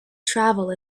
travel